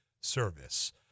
service